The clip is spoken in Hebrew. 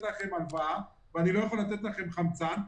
לכם הלוואה ואני לא יכול לתת לכם חמצן,